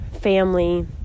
family